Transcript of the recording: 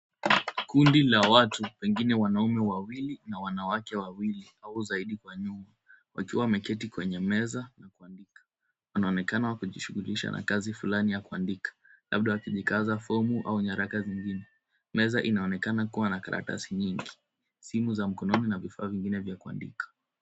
Kundi la watu pengine wanaume wawili na wanawake wawili au zaidi kwa nyumba. Wakiwa wameketi kwenye meza na kuandika. Wanaonekana wakijishughulisha na kazi fulani ya kuandika. Labda wakijaza fomu au nyaraka zingine. Meza inaonekana kuwa na karatasi nyingi, simu za mkononi na vifaa vingine vya kuandika.